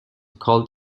called